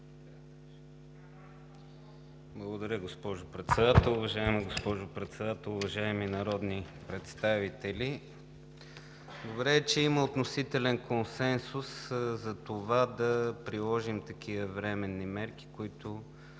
Благодаря, госпожо Председател. Уважаема госпожо Председател, уважаеми народни представители! Добре е, че има относителен консенсус за това да приложим такива временни мерки, които